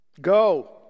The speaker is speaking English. Go